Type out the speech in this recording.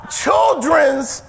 children's